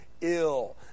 ill